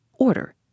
Order